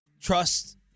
Trust